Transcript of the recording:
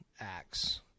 acts